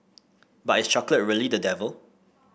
but is chocolate really the devil